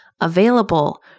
available